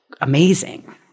amazing